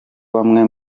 bamwe